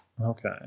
Okay